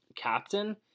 captain